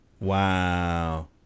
Wow